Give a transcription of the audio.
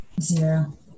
Zero